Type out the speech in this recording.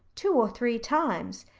two or three times.